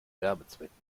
werbezwecken